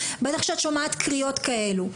בטח כשאת שומעת קריאות כאלו,